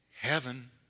Heaven